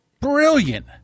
brilliant